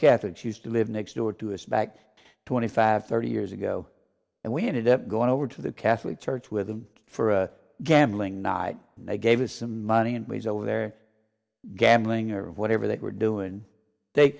catholics used to live next door to us back twenty five thirty years ago and we ended up going over to the catholic church with them for a gambling night and they gave us some money and was over there gambling or whatever they were doing they